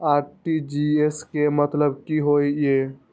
RTGS के मतलब की होय ये?